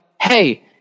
hey